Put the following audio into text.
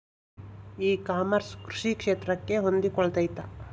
E commerce ಕೃಷಿ ಕ್ಷೇತ್ರಕ್ಕೆ ಹೊಂದಿಕೊಳ್ತೈತಾ?